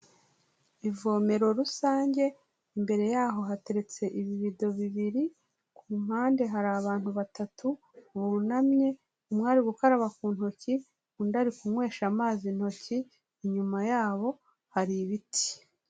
Ivomero rusange, imbere yaho hateretse ibibido bibiri, ku mpande hari abantu batatu bunamye, umwe ari gukaraba ku ntoki, undi ari kunywesha amazi intoki, inyuma yabo hari ibiti.